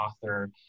author